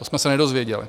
To jsme se nedozvěděli.